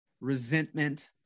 resentment